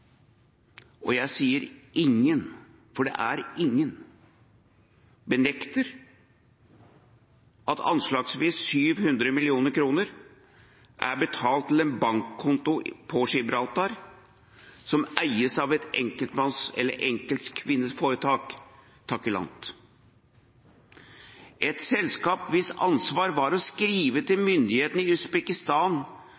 for det er ingen – benekter at anslagsvis 700 mill. kr er betalt til en bankkonto på Gibraltar som eies av et enkeltmanns- eller enkeltkvinneforetak, Takilant, et selskap hvis ansvar var å skrive til myndighetene i